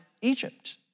Egypt